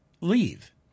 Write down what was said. leave